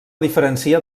diferència